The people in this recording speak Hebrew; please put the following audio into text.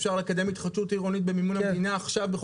אפשר לקדם התחדשות עירונית במימון המדינה עכשיו.